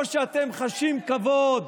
או שאתם חשים כבוד